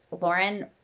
Lauren